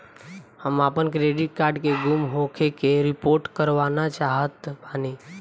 हम आपन debit card के गुम होखे के रिपोर्ट करवाना चाहत बानी